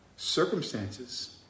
Circumstances